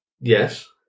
Yes